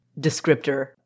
descriptor